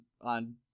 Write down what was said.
on